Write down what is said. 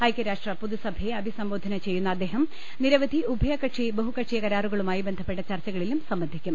ഐക്യരാഷ്ട്ര പൊതുസഭയെ അഭിസംബോ ധന ചെയ്യുന്ന അദ്ദേഹം നിരവധി ഉഭയകക്ഷി ബഹുകക്ഷി കരാറു കളുമായി ബന്ധപ്പെട്ട ചർച്ചകളിലും സംബന്ധിക്കും